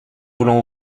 voulant